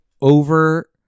over